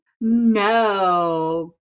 No